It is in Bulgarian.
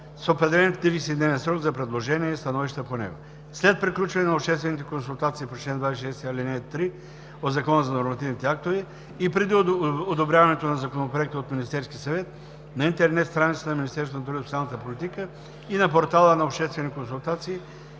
с определен 30-дневен срок за предложения и становища по него. След приключване на обществените консултации по чл. 26, ал. 3 от Закона за нормативните актове и преди одобряването на Законопроекта от Министерския съвет на интернет страницата на Министерството на труда и социалната политика и на Портала на обществени консултации